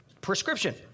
prescription